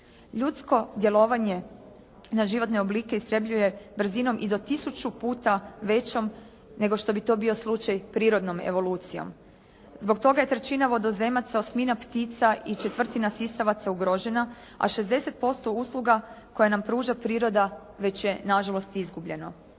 Ljudsko djelovanje na životne oblike istrebljuje brzinom i do tisuću puta većom nego što bi to bio slučaj prirodnom evolucijom. Zbog toga je trećina vodozemaca, osmina ptica i četvrtina sisavaca ugrožena, a 60% usluga koje nam pruža priroda već je na žalost izgubljeno.